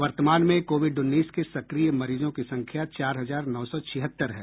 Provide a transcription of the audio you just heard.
वर्तमान में कोविड उन्नीस के सक्रिय मरीजों की संख्या चार हजार नौ सौ छिहत्तर है